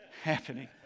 happening